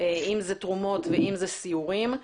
אם זה תרומות ואם זה סיורים.